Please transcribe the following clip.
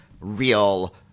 real